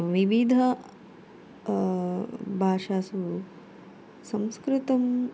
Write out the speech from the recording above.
विविध भाषासु संस्कृतम्